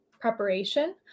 preparation